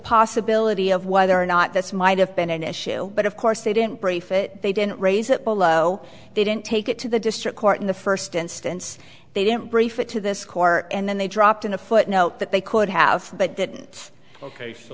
possibility of whether or not this might have been an issue but of course they didn't brief it they didn't raise it below they didn't take it to the district court in the first instance they didn't brief it to this court and then they dropped in a footnote that they could have but